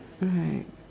right